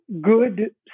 good